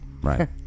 Right